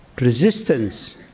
resistance